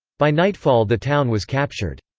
by nightfall the town was captured.